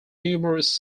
numerous